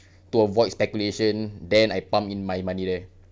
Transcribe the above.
to avoid speculation then I pump in my money there